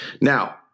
Now